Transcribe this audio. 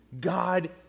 God